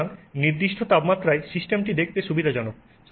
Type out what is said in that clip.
সুতরাং নির্দিষ্ট তাপমাত্রায় সিস্টেমটি দেখতে সুবিধাজনক